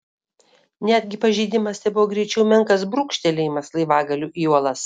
netgi pažeidimas tebuvo greičiau menkas brūkštelėjimas laivagaliu į uolas